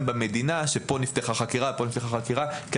במדינה שפה נפתחה חקירה ופה נפתחה חקירה,